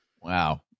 Wow